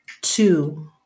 two